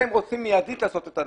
את זה הם רוצים לעשות מיידית.